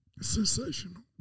Sensational